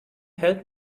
help